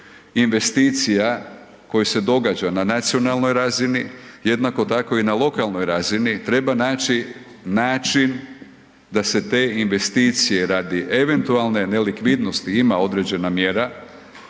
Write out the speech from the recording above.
investicija koji se događa na nacionalnoj razini, jednako tako i na lokalnoj razini, treba naći način da se te investicije radi eventualne nelikvidnosti, ima određena mjera,